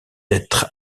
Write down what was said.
être